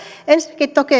ensinnäkin